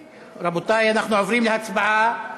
רבותי, אנחנו עוברים להצבעה.